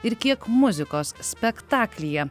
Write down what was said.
ir kiek muzikos spektaklyje